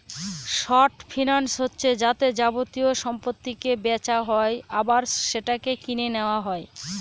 short finance হচ্ছে যাতে যাবতীয় সম্পত্তিকে বেচা হয় আবার সেটাকে কিনে নেওয়া হয়